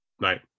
Right